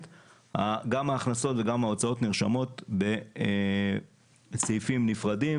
גם ההכנסות וגם ההוצאות נרשמות בסעיפים נפרדים,